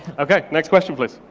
okay, next question please.